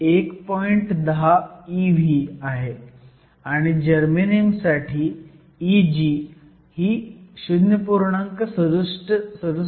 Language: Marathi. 10 ev आहे आणि जर्मेनियम साठी Eg ही 0